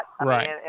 Right